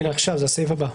זה הסעיף הבא.